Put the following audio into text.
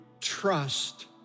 trust